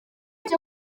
cyo